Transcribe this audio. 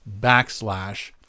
backslash